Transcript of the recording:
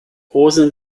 rosen